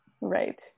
Right